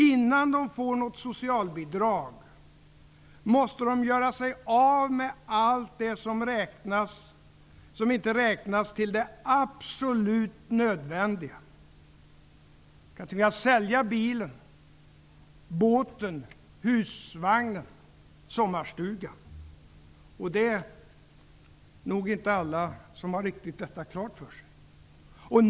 Innan de får något socialbidrag måste de göra sig av med allt som inte räknas till det absolut nödvändiga. De kan tvingas sälja bilen, båten, husvagnen eller sommarstugan. Det är nog inte alla som har detta klart för sig.